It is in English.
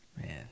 Man